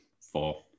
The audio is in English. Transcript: Four